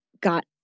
got